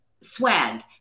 swag